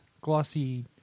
glossy